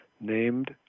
named